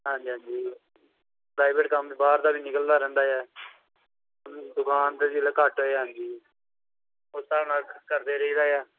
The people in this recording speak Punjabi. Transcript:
ਹਾਂਜੀ ਹਾਂਜੀ ਪ੍ਰਾਈਵੇਟ ਕੰਮ 'ਤੇ ਬਾਹਰ ਦਾ ਵੀ ਨਿਕਲਦਾ ਰਹਿੰਦਾ ਹੈ ਦੁਕਾਨ 'ਤੇ ਜਿਹੜਾ ਘੱਟ ਹੈ ਆਉਂਦੀ ਉਸ ਹਿਸਾਬ ਨਾਲ ਕਰਦੇ ਰਹੀਦਾ ਆ